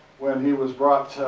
when he was brought,